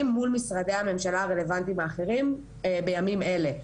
מול משרדי הממשלה הרלוונטיים האחרים בימים אלה.